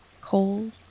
cold